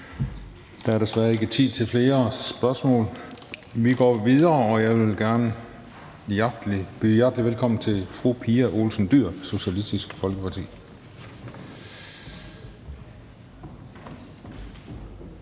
Der er desværre ikke tid til flere spørgsmål. Vi går videre, og jeg vil gerne byde hjertelig velkommen til fru Pia Olsen Dyhr, Socialistisk Folkeparti.